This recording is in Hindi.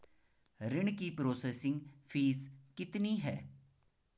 ऋण की प्रोसेसिंग फीस कितनी है?